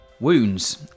Wounds